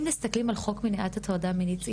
אם מסתכלים על למניעת הטרדה מינית.